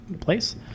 place